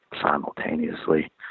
simultaneously